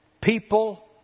People